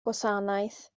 gwasanaeth